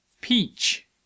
Peach